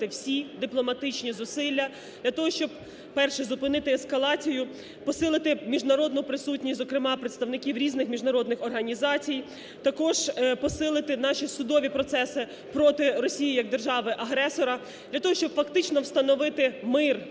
всі дипломатичні зусилля для того, щоб, перше, зупинити ескалацію, посилити міжнародну присутність, зокрема представників різних міжнародних організацій, також посилити наші судові процеси проти Росії як держави-агресора для того, щоб фактично встановити мир,